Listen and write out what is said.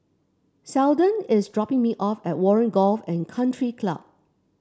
Seldon is dropping me off at Warren Golf and Country Club